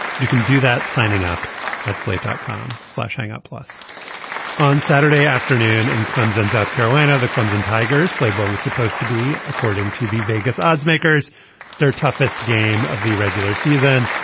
you can do that signing up at slate dot com slash up plus on saturday afternoon and clemson south carolina the clemson tigers played what was supposed to be according to the vegas oddsmakers their toughest game of the regular season.